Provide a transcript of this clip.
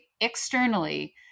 externally